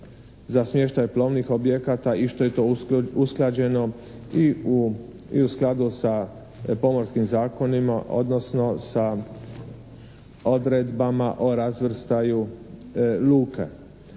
za smještaj plovnih objekata i što je usklađeno i u skladu sa pomorskim zakonima odnosno sa odredbama o razvrstaju luke.